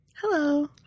hello